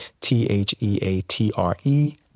T-H-E-A-T-R-E